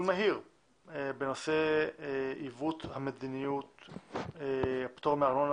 מהיר בנושא עיוות מדיניות הפטור מארנונה,